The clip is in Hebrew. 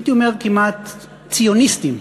הייתי אומר כמעט ציוניסטים,